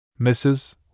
Mrs